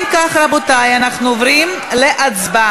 אם כך, רבותי, אנחנו עוברים להצבעה.